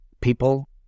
people